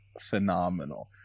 phenomenal